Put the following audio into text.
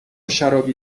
شرابی